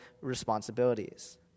responsibilities